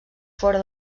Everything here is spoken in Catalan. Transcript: fora